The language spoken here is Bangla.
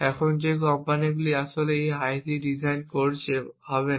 এখন যে কোম্পানিটি আসলে এই আইসি ডিজাইন করছে হবে না